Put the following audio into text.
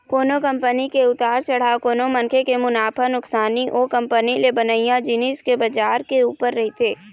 कोनो कंपनी के उतार चढ़ाव कोनो मनखे के मुनाफा नुकसानी ओ कंपनी ले बनइया जिनिस के बजार के ऊपर रहिथे